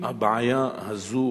בבקשה.